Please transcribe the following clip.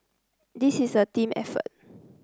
this is a team effort